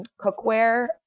cookware